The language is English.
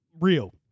real